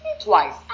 twice